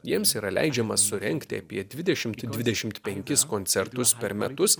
jiems yra leidžiama surengti apie dvidešimt dvidešimt penkis koncertus per metus